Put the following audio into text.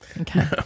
Okay